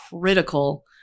critical